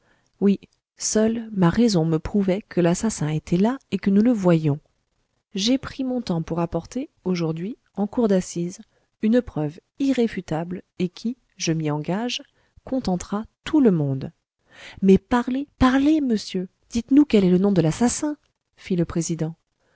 oui seule ma raison me prouvait que l'assassin était là et que nous le voyions j'ai pris mon temps pour apporter aujourd'hui en cour d'assises une preuve irréfutable et qui je m'y engage contentera tout le monde mais parlez parlez monsieur dites-nous quel est le nom de l'assassin fit le président